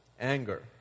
anger